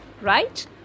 right